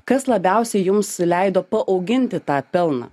kas labiausiai jums leido paauginti tą pelną